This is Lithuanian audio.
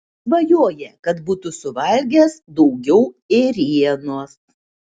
svajoja kad būtų suvalgęs daugiau ėrienos